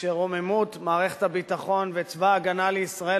כשרוממות מערכת הביטחון וצבא-הגנה לישראל